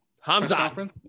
Hamza